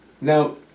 Now